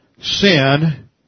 sin